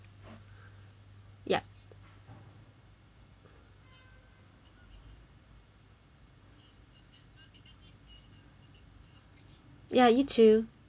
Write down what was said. yup yeah you too